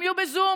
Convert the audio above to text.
הם יהיו בזום,